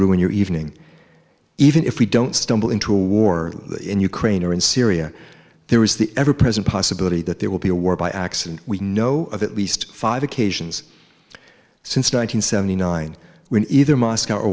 ruin your evening even if we don't stumble into a war in ukraine or in syria there is the ever present possibility that there will be a war by accident we know of at least five occasions since nine hundred seventy nine when either moscow or